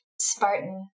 spartan